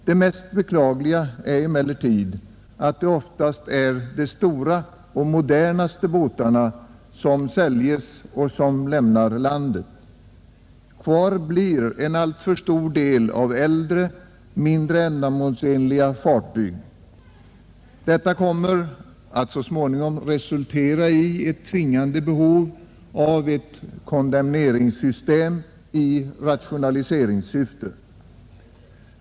Det mest beklagliga är dock att det i allmänhet är de största och modernaste båtarna som säljs och som lämnar landet. Kvar blir en alltför stor del av äldre, mindre ändamålsenliga fartyg. Dessa förhållanden kommer så småningom att resultera i ett tvingande behov av ett kondemneringssystem i rationaliseringssyfte.